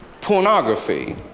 pornography